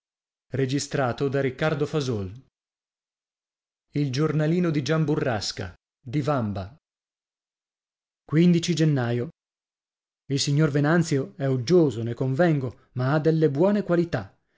e ha ricominciato a lei e a e e gennaio il signor venanzio è uggioso ne convengo ma ha delle buone qualità